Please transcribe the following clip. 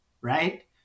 right